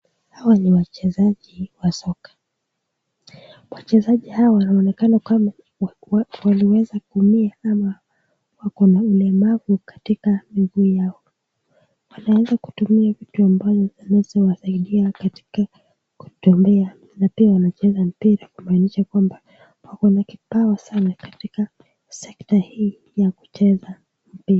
Hawa ni wachezaji wa soka, wachezaji hawa wanaonekana kwamba waliweza kuumia ama wako na ulemavu katika miguu yao. Wanaweza kutumia vitu ambazo zinaweza wasaidia katika kutembea na pia wanacheza mpira kumaanisha kwamba wako na kipawa sana katika sekta hii ya kucheza mpira.